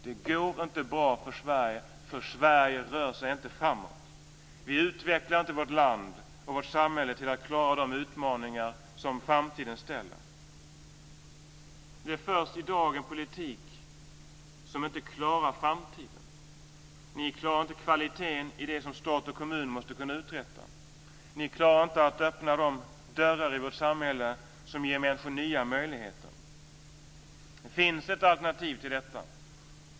Det går inte bra för Sverige, för Sverige rör sig inte framåt. Vi utvecklar inte vårt land och vårt samhälle till att klara de utmaningar som framtiden ställer. Det förs i dag en politik som inte klarar framtiden. Ni klarar inte kvaliteten i det som stat och kommun måste kunna uträtta. Ni klarar inte att öppna de dörrar i vårt samhälle som ger människor nya möjligheter. Det finns ett alternativ till detta.